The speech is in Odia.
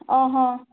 ଓହ